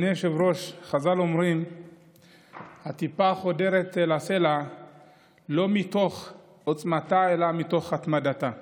חז"ל אומרים שהטיפה חודרת אל הסלע לא מתוך עוצמתה אלא מתוך התמדתה.